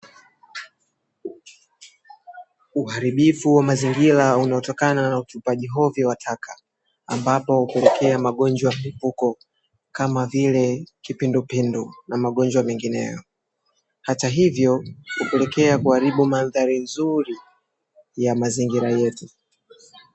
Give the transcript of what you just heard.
Uharibifu wa mazingira unaotokana na utupaji ovyo wa taka, ambapo hupelekea magonjwa ya mlipuko kama vile kipindupindu na magonjwa mengineyo. Hata hivyo, hupelekea kuharibu mandhari nzuri ya mazingira yetu.